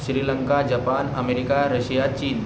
Sri Lanka Japan America Russia चीन